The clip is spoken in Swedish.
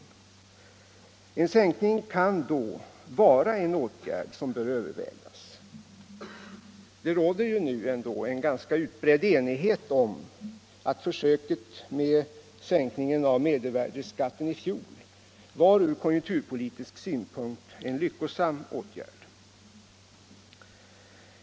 En sådan sänkning kan då vara en åtgärd som bör övervägas. Det råder nu ändå en ganska utbredd enighet om att försöket med sänkningen av mervärdeskatten i fjol var en lyckosam åtgärd ur konjunkturpolitisk synpunkt.